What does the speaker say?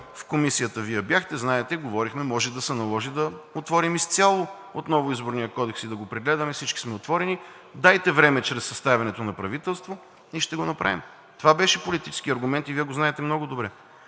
в Комисията Вие бяхте, знаете, говорихме, може да се наложи да отворим изцяло отново Изборния кодекс и да го прегледаме – всички сме отворени, дайте време чрез съставянето на правителство и ще го направим. Това беше политически аргумент и Вие го знаете много добре.